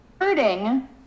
hurting